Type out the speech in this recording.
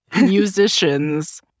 musicians